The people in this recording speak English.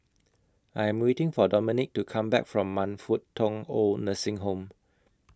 I Am waiting For Dominick to Come Back from Man Fut Tong Oid Nursing Home